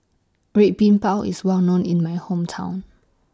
Red Bean Bao IS Well known in My Hometown